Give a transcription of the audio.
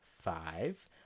five